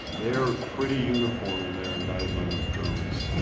they are pretty uniform in their indictment of drones,